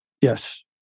Yes